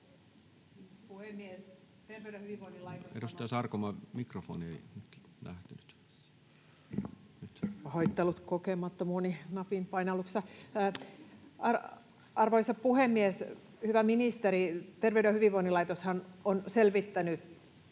Arvoisa puhemies! Hyvä ministeri! Terveyden ja hyvinvoinnin laitoshan on selvittänyt